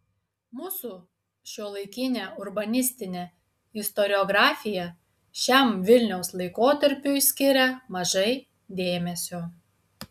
mūsų šiuolaikinė urbanistinė istoriografija šiam vilniaus laikotarpiui skiria mažai dėmesio